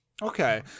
Okay